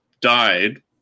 died